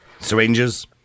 syringes